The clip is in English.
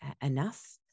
enough